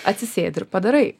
atsisėdi ir padarai